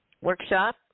workshop